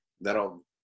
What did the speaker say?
That'll